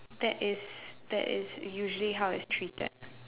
that is that is usually how it's treated